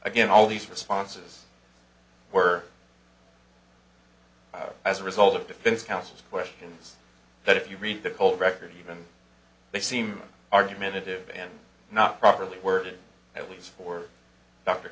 gain all these responses were as a result of defense counsel's questions that if you read the whole record even they seem argumentative and not properly worded at least for d